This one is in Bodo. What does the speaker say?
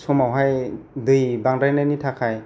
समावहाय दै बांद्रायनायनि थाखाय